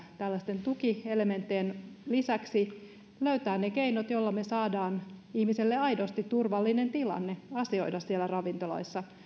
tällaisten tukielementtien lisäksi löytää myös ne keinot joilla saadaan ihmisille aidosti turvallinen tilanne asioida siellä ravintoloissa